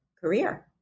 career